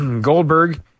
Goldberg